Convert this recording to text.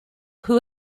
who